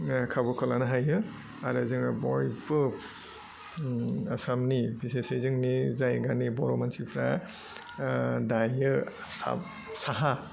खाबुखौ लानो हायो आरो जोङो बयबो आसामनि बिसेसै जोंनि जायगानि बर' मानसिफ्रा दायो आब साहा